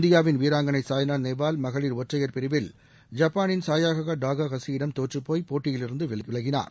இந்தியாவின் வீராங்களை சாய்னா நேவால் மகளிர் ஒற்றையர் பிரிவில் ஜப்பாவின் சாயாகா டாகாஹாசியிடம் தோற்றுப்போய் போட்டியிலிருந்து விலகினார்